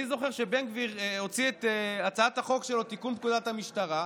אני זוכר שבן גביר הוציא את הצעת החוק שלו לתיקון פקודת המשטרה,